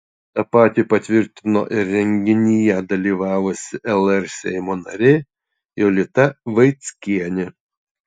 tą patį patvirtino ir renginyje dalyvavusi lr seimo narė jolita vaickienė